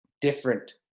different